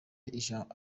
ijambo